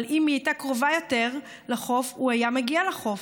אבל אם היא הייתה קרובה יותר לחוף הוא היה מגיע לחוף,